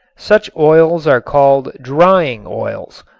such oils are called drying oils,